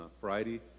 Friday